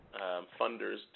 funders